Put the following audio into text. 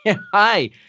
hi